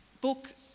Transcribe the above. book